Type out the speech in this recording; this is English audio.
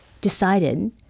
decided